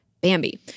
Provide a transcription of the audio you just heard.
Bambi